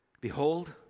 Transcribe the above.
Behold